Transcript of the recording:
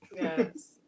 Yes